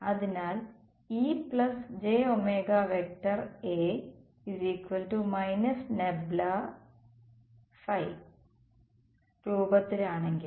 അതിനാൽ രൂപത്തിലാണെങ്കിൽ